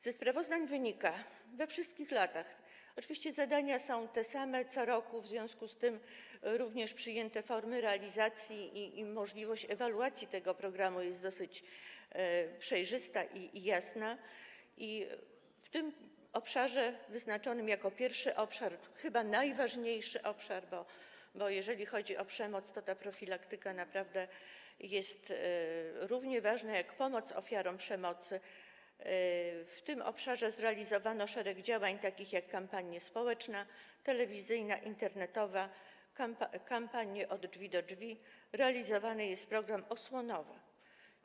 Ze sprawozdań wynika, że we wszystkich latach - oczywiście zadania są te same co roku, w związku z tym również przyjęte formy realizacji i możliwość ewaluacji tego programu są dosyć przejrzyste i jasne - w tym obszarze wyznaczonym jako pierwszy obszar, chyba najważniejszy, bo jeżeli chodzi o przemoc, to ta profilaktyka naprawdę jest równie ważna jak pomoc ofiarom przemocy, podjęto szereg działań, takich jak kampanie społeczne, telewizyjna, internetowa, kampanie od drzwi do drzwi, realizowany jest też program osłonowy.